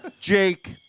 Jake